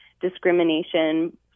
discrimination